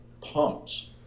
pumps